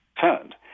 turned